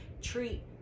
treat